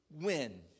win